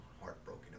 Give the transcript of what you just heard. heartbroken